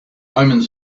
omens